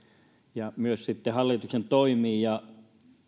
ja myös sitten hallituksen toimiin